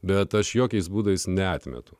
bet aš jokiais būdais neatmetu